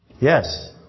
Yes